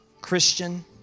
Christian